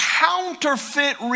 counterfeit